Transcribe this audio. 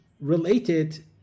related